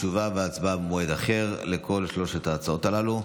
תשובה והצבעה במועד אחר על כל שלוש ההצעות הללו.